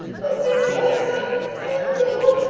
of mirabel cotton's uncle,